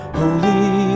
holy